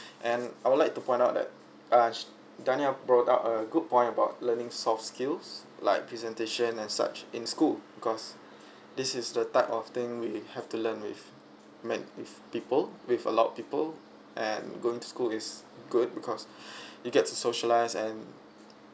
and I would like to point out that ah danial brought up a good point about learning soft skills like presentation and such in school because this is the type of thing we have to learn with I mean with people with a lot of people and going to school is good because you get to socialise and